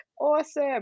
awesome